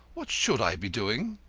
what should i be doing?